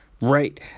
Right